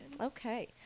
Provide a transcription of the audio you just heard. Okay